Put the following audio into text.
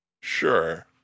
Sure